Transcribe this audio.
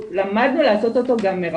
למדנו לעשות אותו גם מרחוק,